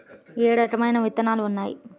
ఏ రకమైన విత్తనాలు ఉన్నాయి?